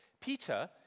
Peter